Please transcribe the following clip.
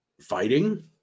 fighting